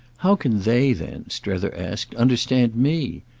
how can they then, strether asked, understand me?